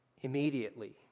immediately